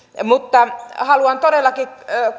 mutta haluan todellakin